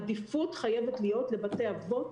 עדיפות חייבת להיות לבתי אבות